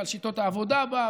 ועל שיטות העבודה בה,